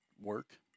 work